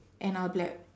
and I will be like